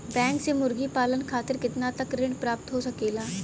Bank से मुर्गी पालन खातिर कितना तक ऋण प्राप्त हो सकेला?